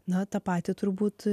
na tą patį turbūt